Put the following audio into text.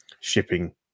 shipping